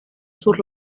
sur